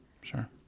sure